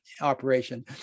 operation